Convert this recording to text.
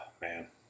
Man